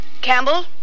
Campbell